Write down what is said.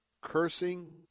cursing